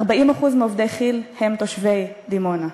40% מעובדי כי"ל הם תושבי דימונה.